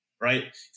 right